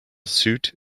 suit